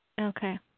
Okay